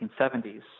1970s